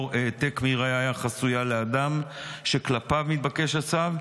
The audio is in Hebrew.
העתק מראיה חסויה לאדם שכלפיו מתבקש הצו,